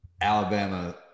Alabama